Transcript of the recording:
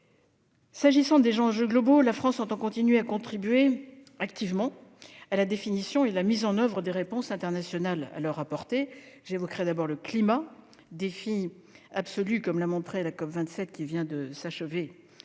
concerne les enjeux globaux, la France entend continuer de contribuer activement à la définition et à la mise en oeuvre des réponses internationales à leur apporter. Évoquons d'abord le climat, défi absolu comme l'a montré la COP27 qui s'est achevée